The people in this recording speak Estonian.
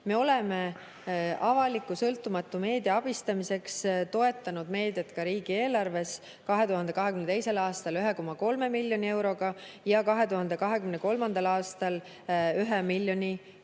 oleme avaliku sõltumatu meedia abistamiseks toetanud meediat ka riigieelarves 2022. aastal 1,3 miljoni euroga ja 2023. aastal 1 miljoni euroga.